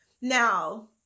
now